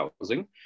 housing